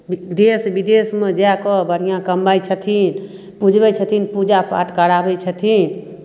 देश विदेशमे जा कऽ बढ़िआँ कमाइत छथिन पुजबैत छथिन पूजापाठ कराबैत छथिन